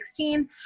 2016